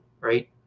right